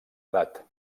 edat